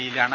ഇയിലാണ്